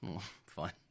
Fine